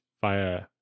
via